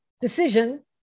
decision